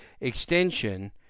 extension